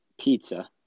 pizza